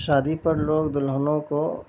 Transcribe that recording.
شادی پر لوگ دلہنوں کو